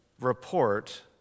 report